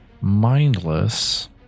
mindless